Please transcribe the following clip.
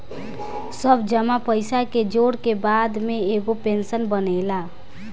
सब जमा पईसा के जोड़ के बाद में एगो पेंशन बनेला